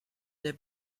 der